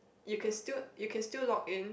you can still you can still login